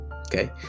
Okay